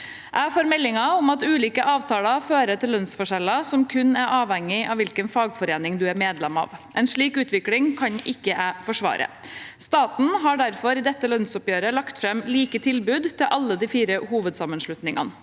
Jeg får meldinger om at ulike avtaler fører til lønnsforskjeller som kun er avhengig av hvilken fagforening du er medlem av. En slik utvikling kan ikke jeg forsvare. Staten har derfor i dette lønnsoppgjøret lagt fram et likt tilbud til alle de fire hovedsammenslutningene.